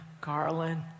Garland